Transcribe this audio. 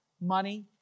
money